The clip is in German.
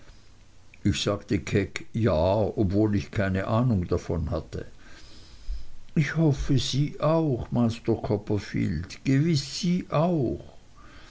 ich sagte keck ja obgleich ich keine ahnung davon hatte ich hoffe sie auch master copperfield gewiß sie auch